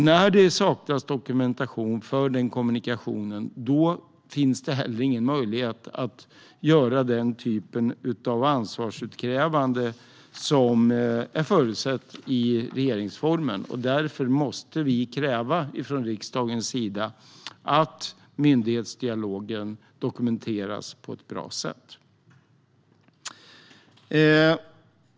När denna dokumentation saknas finns det inte heller någon möjlighet till den typ av ansvarsutkrävande som föreskrivs i regeringsformen. Därför måste vi från riksdagens sida kräva att myndighetsdialogen dokumenteras på ett bra sätt.